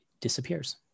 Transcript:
disappears